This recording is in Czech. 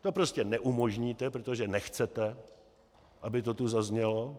To prostě neumožníte, protože nechcete, aby to tu zaznělo.